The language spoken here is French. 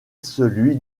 celui